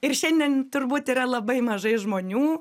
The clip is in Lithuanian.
ir šiandien turbūt yra labai mažai žmonių